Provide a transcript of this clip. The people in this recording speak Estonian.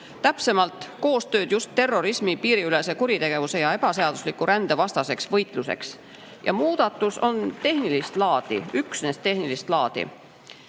täpsemalt koostööd terrorismi, piiriülese kuritegevuse ja ebaseadusliku rände vastaseks võitluseks. Muudatused on üksnes tehnilist laadi,